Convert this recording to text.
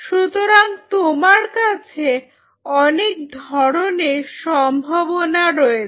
সুতরাং তোমার কাছে অনেক ধরনের সম্ভাবনা রয়েছে